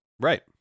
Right